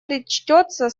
причтется